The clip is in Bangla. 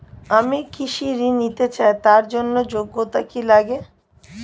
আমি কৃষি ঋণ নিতে চাই তার জন্য যোগ্যতা কি লাগে?